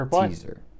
teaser